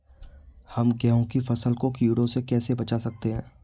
हम गेहूँ की फसल को कीड़ों से कैसे बचा सकते हैं?